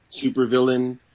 supervillain